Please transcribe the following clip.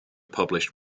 published